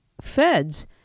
feds